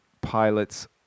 pilots